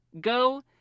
go